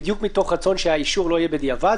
בדיוק מתוך רצון שהאישור לא יהיה בדיעבד.